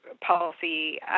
policy